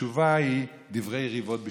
והתשובה היא: דברי ריבות בשעריך.